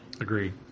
Agreed